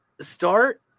start